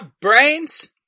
brains